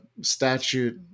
statute